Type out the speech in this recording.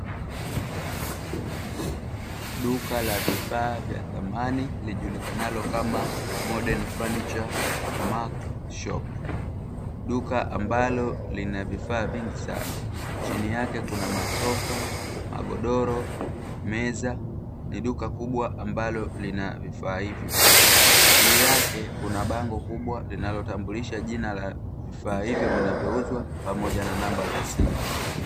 Duka la vifaa vya samani lijulikanalo kama modeni funicha maki shopu, duka ambalo lina vifaa vingi sana chini yake kuna masofa, magodoro, meza ni duka kubwa ambalo lina vifaa hivyo juu yake kuna bango kubwa linalotambulisha jina la vifaa hivyo vinavyouzwa pamoja na namba za simu.